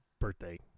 birthday